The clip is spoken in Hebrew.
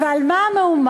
ועל מה המהומה?